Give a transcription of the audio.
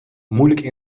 moeilijk